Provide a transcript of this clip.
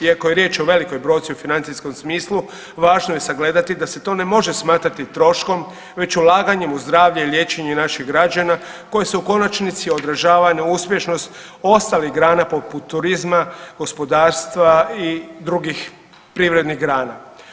Iako je riječ o velikoj brojci u financijskom smislu važno je sagledati da se to ne može smatrati troškom već ulaganjem u zdravlje i liječenje naših građana koji se u konačnici odražava na uspješnost ostalih grana poput turizma, gospodarstva i drugih privrednih grana.